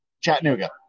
Chattanooga